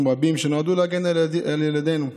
רבים שנועדו להגן על ילדינו וזכויותיהם,